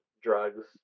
drugs